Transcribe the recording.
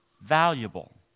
valuable